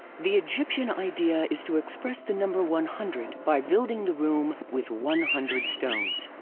the egyptian idea is to express the number one hundred by building the room with one hundred stones.